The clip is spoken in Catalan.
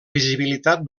visibilitat